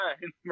time